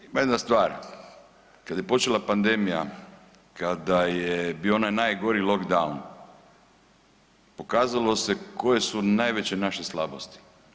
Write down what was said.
Ima jedna stvar, kada je počela pandemija, kada je bio onaj najgori lockdown pokazalo se koje su najveće naše slabosti.